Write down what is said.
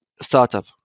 startup